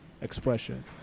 expression